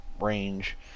range